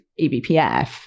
eBPF